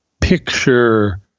picture